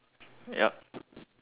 yup